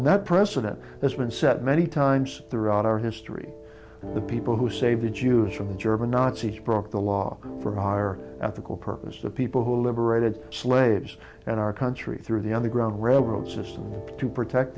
and that precedent has been set many times throughout our history the people who saved the jews from the german nazis broke the law for higher ethical purpose the people who liberated slaves in our country through the underground railroad system to protect